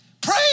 Pray